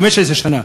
15 שנה,